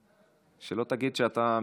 שלא תגיד שאתה מקופח.